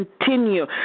continue